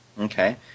Okay